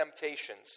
temptations